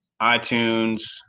itunes